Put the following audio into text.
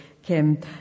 Kim